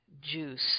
juice